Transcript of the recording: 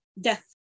death